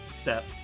step